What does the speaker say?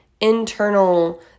internal